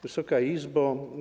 Wysoka Izbo!